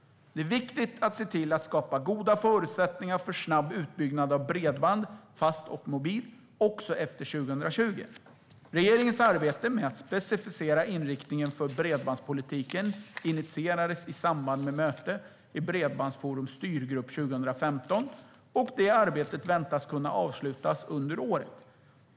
Det är viktigt att se till att skapa goda förutsättningar för snabb utbyggnad av bredband, fast och mobilt, också efter 2020. Regeringens arbete med att specificera inriktningen för bredbandspolitiken initierades i samband med ett möte i Bredbandsforums styrgrupp 2015, och det arbetet väntas kunna avslutas under året.